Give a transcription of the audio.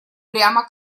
прямо